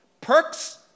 Perks